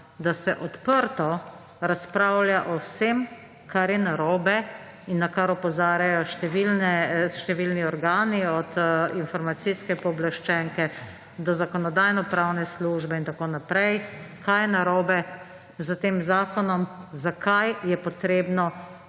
da se odprto razpravlja o vsem, kar je narobe in na kar opozarjajo številni organi – od informacijske pooblaščenke do Zakonodajno-pravne službe in tako naprej, kaj je narobe s tem zakonom, zakaj je treba